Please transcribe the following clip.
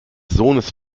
sohnes